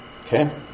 Okay